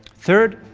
third,